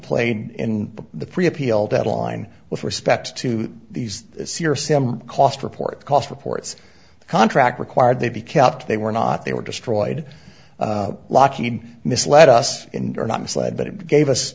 played in the three appeal deadline with respect to these cost report cost reports contract required they be kept they were not they were destroyed lockheed misled us or not misled but it gave us